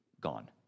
gone